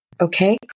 Okay